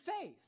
faith